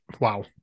wow